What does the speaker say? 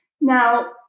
Now